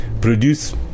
produce